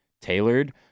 tailored